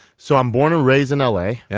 so i'm born and raised in l a. yeah